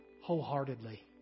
wholeheartedly